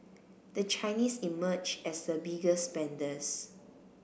the Chinese emerged as the biggest spenders